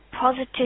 positive